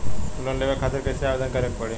Loan लेवे खातिर कइसे आवेदन करें के पड़ी?